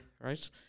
right